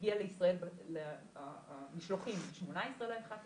הגיעו לישראל המשלוחים ב-18.11